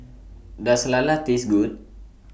Does Lala Taste Good